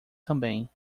também